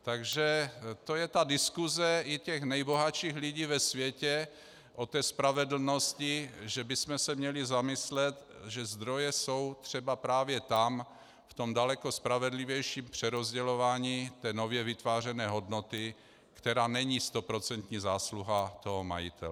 Takže to je ta diskuse i těch nejbohatších lidí ve světě, o té spravedlnosti, že bychom se měli zamyslet, že zdroje jsou třeba právě tam, v tom daleko spravedlivějším přerozdělování nově vytvářené hodnoty, která není stoprocentní zásluha toho majitele.